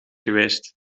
geweest